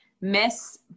Miss